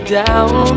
down